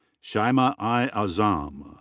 shaimaa i. azzam.